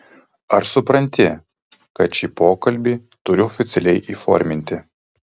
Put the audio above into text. ar supranti kad šį pokalbį turiu oficialiai įforminti